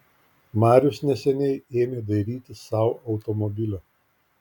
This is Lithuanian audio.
marius neseniai ėmė dairytis sau automobilio